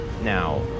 Now